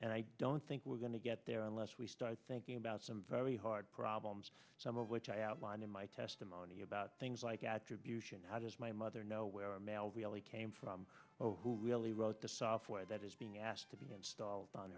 and i don't think we're going to get there unless we start thinking about some very hard problems some of which i outlined in my testimony about things like attribution how does my mother know where mail really came from who really wrote the software that is being asked to be installed on